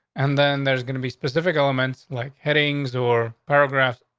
and then there's gonna be specific elements like headings or paragraph.